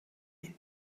энэ